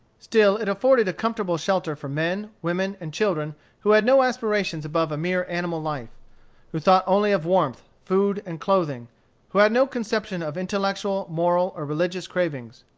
still it afforded a comfortable shelter for men, women, and children who had no aspirations above a mere animal life who thought only of warmth, food, and clothing who had no conception of intellectual, moral, or religious cravings.